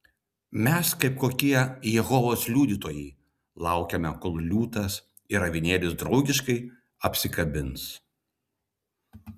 mes kaip kokie jehovos liudytojai laukiame kol liūtas ir avinėlis draugiškai apsikabins